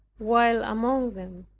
while among them.